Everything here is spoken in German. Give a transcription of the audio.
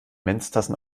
menstassen